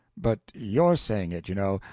but your saying it, you know,